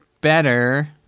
better